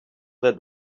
that